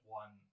one